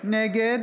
נגד